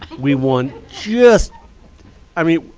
we won just i mean,